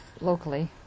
locally